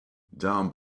down